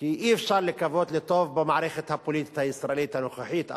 כי אי-אפשר לקוות לטוב במערכת הפוליטית הישראלית הנוכחית,